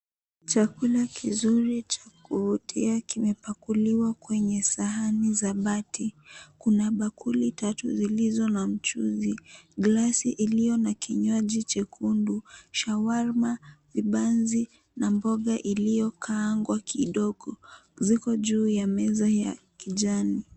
Chakula kizuri cha kuvutia kimepakuliwa kwenye sahani za bati. Kuna bakuli tatu zilizo na mchuuzi. Glasi iliyo na kinywaji chekundu. Shawarma, vibanzi na mboga iliyo kaangwa kidogo ziko juu ya meza ya kijani.